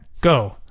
Go